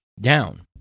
down